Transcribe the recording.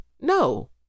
No